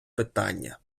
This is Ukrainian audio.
питання